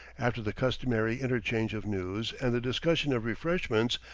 after the customary interchange of news, and the discussion of refreshments,